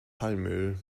palmöl